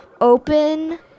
Open